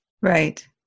Right